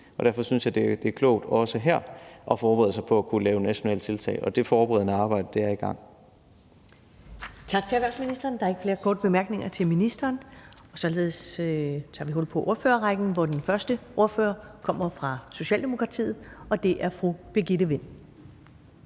derfor synes jeg, det er klogt også her at forberede sig på at kunne lave nationale tiltag, og det forberedende arbejde er i gang.